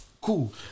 cool